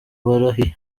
barahiye